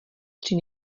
tři